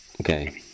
Okay